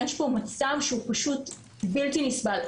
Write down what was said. יש פה מצב שהוא פשוט בלתי נסבל.